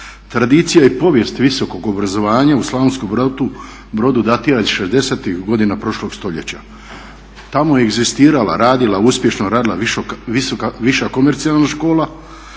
Tradicija i povijest visokog obrazovanja u Slavonskom Brodu datira iz 60-ih godina prošlog stoljeća. Tamo je egzistirala, radila uspješno radila Viša komercijalna škola,